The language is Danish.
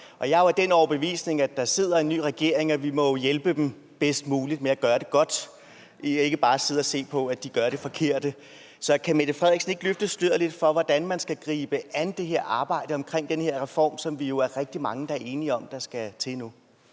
Jeg er af den overbevisning, i forhold til at der sidder en ny regering, at vi jo må hjælpe dem bedst muligt med at gøre det godt og ikke bare sidde og se på, at de gør det forkerte. Så kan Mette Frederiksen ikke løfte sløret lidt for, hvordan man skal gribe arbejdet an med den her reform, som vi jo er rigtig mange der er enige om skal til nu?